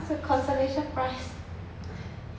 so consolation prize